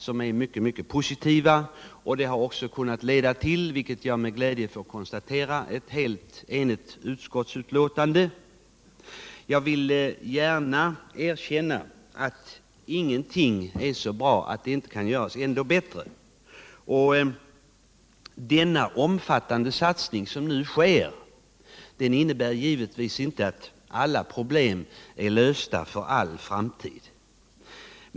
Dei har också — vilket jag med glädje konstaterar — kunnat leda till ett fullständigt enhälligt utskottsbetänkande. Jag vill dock gärna erkänna att ingenting är så bra att det inte kan göras ändå bättre. Den omfattande satsning som nu genomförs innebär givetvis inte att alla problem är lösta för all framtid.